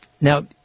Now